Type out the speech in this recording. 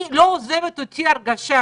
לא עוזבת אותי ההרגשה